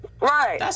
Right